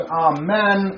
amen